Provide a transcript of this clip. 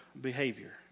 behavior